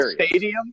stadium